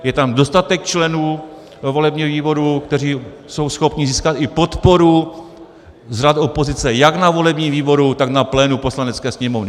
Je tam dostatek členů ve volebním výboru, kteří jsou schopni získat i podporu z řad opozice jak na volebním výboru, tak na plénu Poslanecké sněmovny.